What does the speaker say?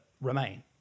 remain